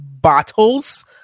bottles